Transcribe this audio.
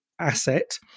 asset